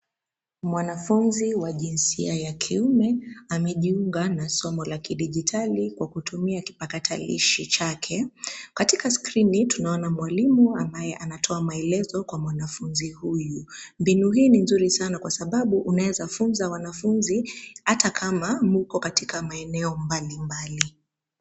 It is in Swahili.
Mwanafunzi wa jinsia ya kiume amejiunga na somo la kidijitali kwa kutumia kipakatalishi chake. Katika skrini, tunaona mwalimu ambaye anatoa maelezo kwa mwanafunzi huyu. Mbinu hii ni nzuri sana kwa sababu unaweza funza wanafunzi hata kama mko katika maeneo mbali mbali.